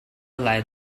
lie